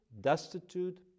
destitute